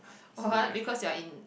what because you are in